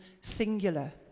singular